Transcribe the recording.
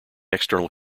external